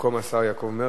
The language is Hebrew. ובמקום השר יעקב מרגי,